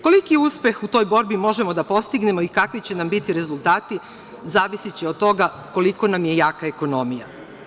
Koliki uspeh u toj borbi možemo da postignemo i kakvi će nam biti rezultati zavisiće od toga koliko nam je jaka ekonomija.